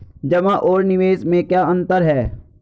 जमा और निवेश में क्या अंतर है?